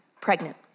pregnant